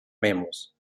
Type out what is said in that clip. mammals